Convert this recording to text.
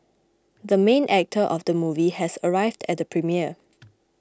the main actor of the movie has arrived at the premiere